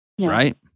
right